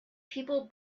people